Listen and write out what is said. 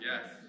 Yes